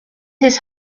his